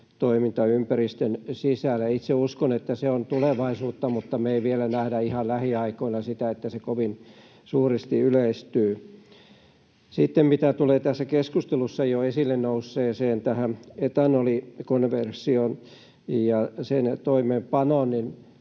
toimintaympäristön sisällä. Itse uskon, että se on tulevaisuutta, mutta me ei vielä nähdä ihan lähiaikoina sitä, että se kovin suuresti yleistyy. Mitä sitten tulee tässä keskustelussa jo esille nousseeseen etanolikonversioon ja sen toimeenpanoon,